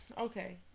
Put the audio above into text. okay